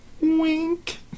Wink